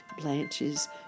Blanche's